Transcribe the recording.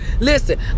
listen